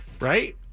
right